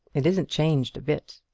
it isn't changed a bit!